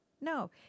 no